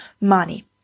money